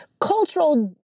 cultural